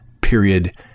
period